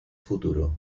futuro